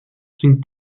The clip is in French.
think